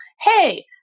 Hey